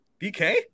BK